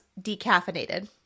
decaffeinated